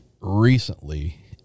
recently